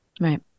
Right